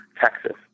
Texas